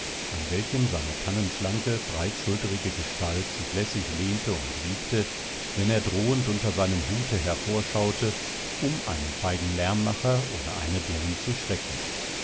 an welchem seine tannenschlanke breitschulterige gestalt sich lässig lehnte und wiegte wenn er drohend unter seinem hute hervorschaute um einen feigen lärmmacher oder eine dirn zu schrecken